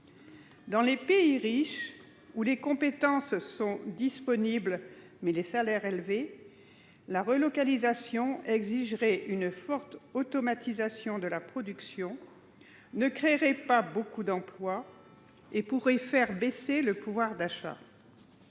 Dans les pays riches, où les compétences sont disponibles, mais les salaires élevés, la relocalisation exigerait une forte automatisation de la production, ne créerait pas beaucoup d'emplois et pourrait faire baisser le pouvoir d'achat.